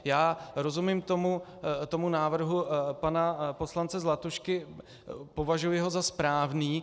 Já rozumím tomu návrhu pana poslance Zlatušky, považuji ho za správný.